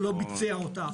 הוא לא ביצע אותה.